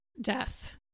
Death